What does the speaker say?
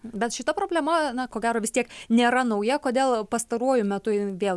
bet šita problema na ko gero vis tiek nėra nauja kodėl pastaruoju metu ji vėl